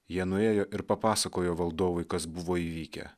jie nuėjo ir papasakojo valdovui kas buvo įvykę